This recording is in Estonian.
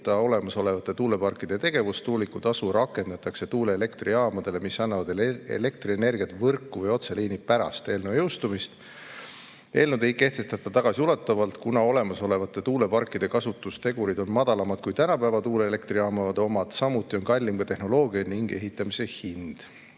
olemasolevate tuuleparkide tegevust. Tuulikutasu rakendatakse tuuleelektrijaamadele, mis annavad elektrienergiat võrku või otseliini pärast eelnõu jõustumist. Eelnõu ei kehtestata tagasiulatuvalt, kuna olemasolevate tuuleparkide kasutustegurid on madalamad kui tänapäeva tuuleelektrijaamade omad, samuti on kallim tehnoloogia ning ehitamise hind.